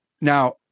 Now